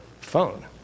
phone